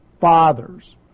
Fathers